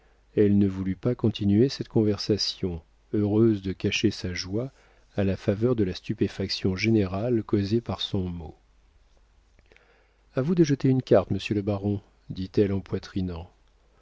elle ne voulut pas continuer cette conversation heureuse de cacher sa joie à la faveur de la stupéfaction générale causée par son mot a vous de jeter une carte monsieur le baron dit-elle en poitrinant